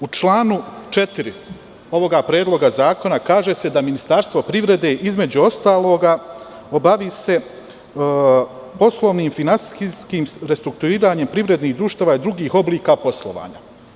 U članu 4. ovog predloga zakona kaže se da Ministarstvo privrede, između ostalog, bavi se poslovnim i finansijskim restrukturiranjem privrednih društava i drugih oblika poslovanja.